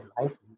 license